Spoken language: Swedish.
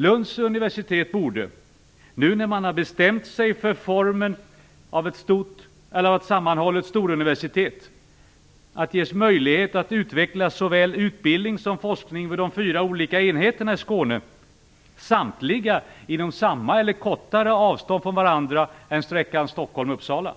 Lunds universitet borde, nu när man har bestämt sig för ett sammanhållet storuniversitet, ges möjlighet att utveckla såväl utbildning som forskning vid de fyra olika enheterna i Skåne, samtliga inom samma avstånd, eller kortare, från varandra som sträckan Stockholm-Uppsala.